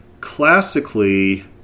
classically